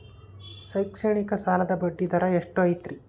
ಶೈಕ್ಷಣಿಕ ಸಾಲದ ಬಡ್ಡಿ ದರ ಎಷ್ಟು ಐತ್ರಿ?